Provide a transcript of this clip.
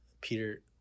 Peter